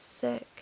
sick